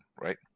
right